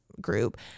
group